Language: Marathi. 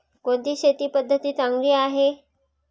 कोणती शेती पद्धती चांगली आहे?